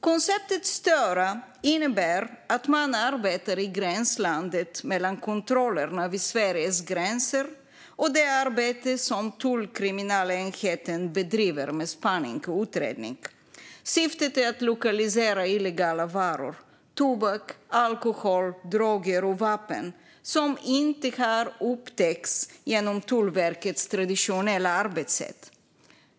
Konceptet Störa innebär att man arbetar i gränslandet mellan kontrollerna vid Sveriges gränser och det arbete som tullkriminalenheten bedriver med spaning och utredning. Syftet är att lokalisera illegala varor - tobak, alkohol, droger och vapen - som inte har upptäckts genom Tullverkets traditionella arbetssätt.